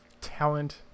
talent